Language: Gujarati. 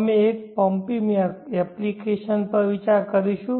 અમે એક પંપીંગ એપ્લિકેશન પર વિચાર કરીશું